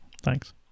Thanks